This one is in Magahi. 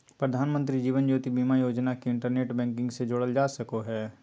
प्रधानमंत्री जीवन ज्योति बीमा योजना के इंटरनेट बैंकिंग से जोड़ल जा सको हय